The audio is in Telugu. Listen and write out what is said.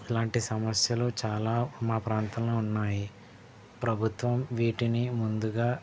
ఇలాంటి సమస్యలు చాలా మా ప్రాంతంలో ఉన్నాయి ప్రభుత్వం వీటిని ముందుగా